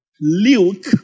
Luke